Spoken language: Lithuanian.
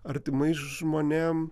artimais žmonėm